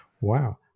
Wow